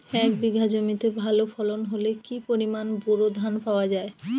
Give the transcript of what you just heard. এক বিঘা জমিতে ভালো ফলন হলে কি পরিমাণ বোরো ধান পাওয়া যায়?